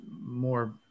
more